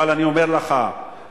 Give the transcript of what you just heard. אבל אני אומר לך כאן